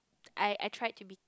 I I try to be